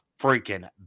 freaking